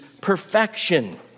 perfection